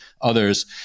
others